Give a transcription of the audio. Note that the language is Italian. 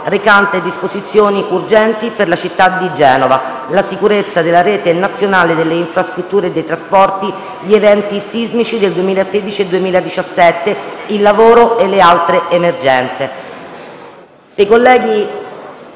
recante disposizioni urgenti per la città di Genova, la sicurezza della rete nazionale delle infrastrutture e dei trasporti, gli eventi sismici del 2016 e 2017, il lavoro e le altre emergenze